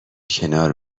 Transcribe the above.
کنار